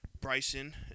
Bryson